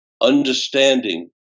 understanding